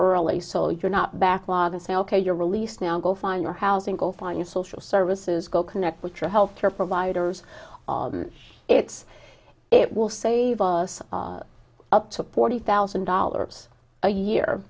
early so you're not backlog and say ok you're released now go find your housing go find your social services go connect with your health care providers it's it will save us up to forty thousand dollars a year